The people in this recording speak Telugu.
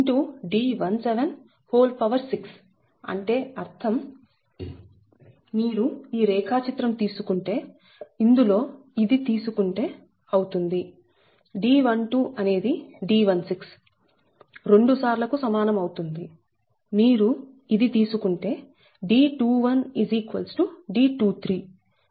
D176 అంటే అర్థం మీరు ఈ రేఖాచిత్రం తీసుకుంటే ఇందులో ఇది తీసుకుంటే అవుతుంది D12 అనేది D16 రెండుసార్లు కు సమానమవుతుంది మీరు ఇది తీసుకుంటే D21 D23